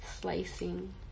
slicing